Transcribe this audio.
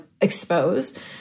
exposed